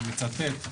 אני מצטט,